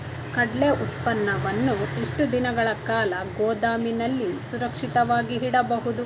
ಕಡ್ಲೆ ಉತ್ಪನ್ನವನ್ನು ಎಷ್ಟು ದಿನಗಳ ಕಾಲ ಗೋದಾಮಿನಲ್ಲಿ ಸುರಕ್ಷಿತವಾಗಿ ಇಡಬಹುದು?